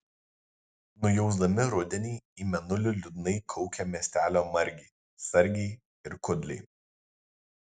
nujausdami rudenį į mėnulį liūdnai kaukė miestelio margiai sargiai ir kudliai